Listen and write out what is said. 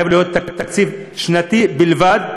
חייב להיות תקציב שנתי בלבד,